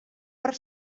per